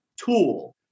tool